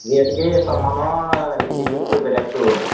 যিহেতুকে এই চব মানুহৰ এটিটিউডটো বেলেগটো